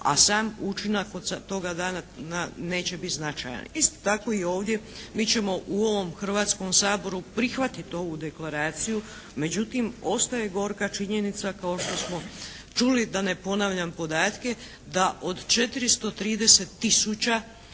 A sam učinak od toga dana neće biti značajan. Isto tako i ovdje, mi ćemo u ovom Hrvatskom saboru prihvatit ovu deklaraciju. Međutim, ostaje gorka činjenica kao što smo čuli da ne ponavljam podatke, da od 430 tisuća